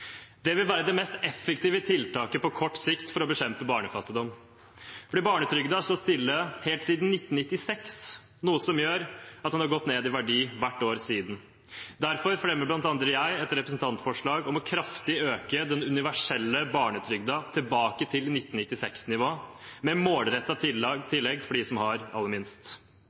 Det vil være det mest effektive tiltaket på kort sikt for å bekjempe barnefattigdom, fordi barnetrygden har stått stille siden 1996, noe som gjør at den har gått ned i verdi hvert år siden. Derfor fremmer blant andre jeg et representantforslag om kraftig å øke den universelle barnetrygden tilbake til 1996-nivå, med målrettede tillegg for dem som har aller minst.